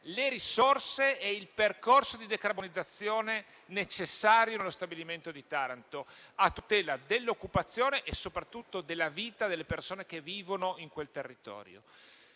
le risorse e il percorso di decarbonizzazione necessari allo stabilimento di Taranto a tutela dell'occupazione e soprattutto della vita delle persone che vivono in quel territorio.